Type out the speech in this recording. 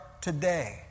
today